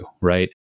right